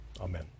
Amen